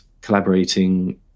collaborating